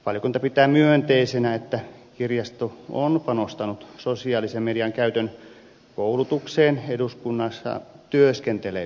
valiokunta pitää myönteisenä että kirjasto on panostanut sosiaalisen median käytön koulutukseen eduskunnassa työskenteleville